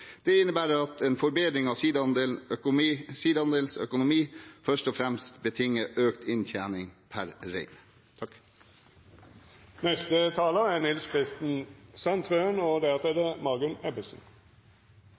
Det innebærer at en forbedring av sidaandelenes økonomi først og fremst betinger økt inntjening per rein. Reindriften er viktig for samisk kultur, og